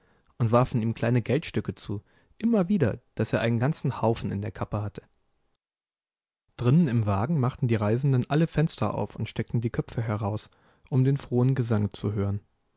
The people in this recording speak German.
und warfen ihm kleine geldstücke zu immer wieder daß er einen ganzen haufen in der kappe hatte drinnen im wagen machten die reisenden alle fenster auf und steckten die köpfe heraus um den frohen gesang zu hören